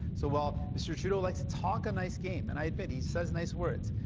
so while mr. trudeau likes to talk a nice game, and i admit, he says nice words,